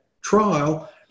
trial